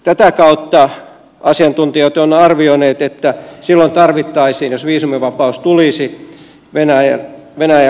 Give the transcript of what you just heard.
tätä kautta asiantuntijat ovat arvioineet että silloin tarvittaisiin jos viisumivapaus tulisi venäjä venäjä